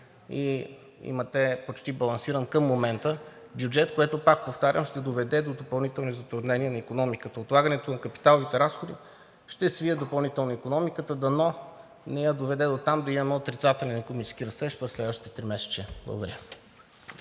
и имате почти балансиран към момента бюджет, което, пак повтарям, ще доведе до допълнителни затруднения на икономиката? Отлагането на капиталовите разходи ще свие допълнително икономиката, дано не я доведе дотам да имаме отрицателен икономически растеж през следващите тримесечия. Благодаря.